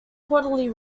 quarterly